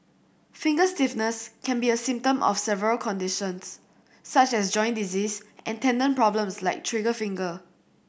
finger stiffness can be a symptom of several conditions such as joint disease and tendon problems like trigger finger